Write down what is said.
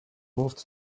moved